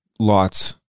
Lots